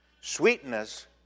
Sweetness